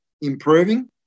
improving